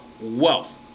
wealth